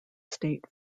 state